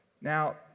Now